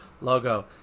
logo